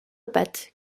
pattes